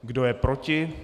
Kdo je proti?